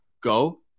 Go